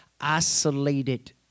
isolated